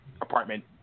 apartment